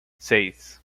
seis